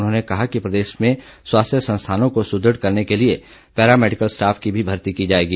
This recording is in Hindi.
उन्होंने कहा कि प्रदेश में स्वास्थ्य संस्थानों को सुदृढ़ करने के लिए पैरामैडिकल स्टॉफ की भी भर्ती की जायेगी